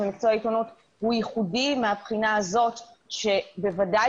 מקצוע העיתונות הוא ייחודי מבחינה זאת שבוודאי